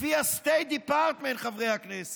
לפי ה-State Department, חברי הכנסת,